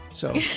so,